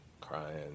crying